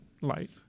light